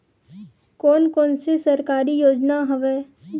कोन कोन से सरकारी योजना हवय?